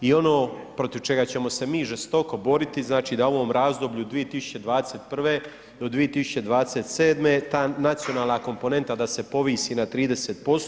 I ono protiv čega ćemo se mi žestoko boriti znači da u ovom razdoblju 2021. do 2027. ta nacionalna komponenta da se povisi na 30%